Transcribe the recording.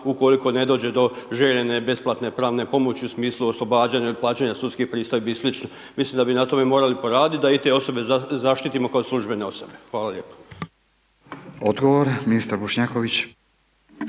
ukoliko ne dođe do željene besplatne pravne pomoći u smislu oslobađanja od plaćanja sudskih pristojbi i sl. Mislim da bi na tome morali poraditi da i te osobe zaštitimo kao službene osobe. Hvala lijepo. **Radin, Furio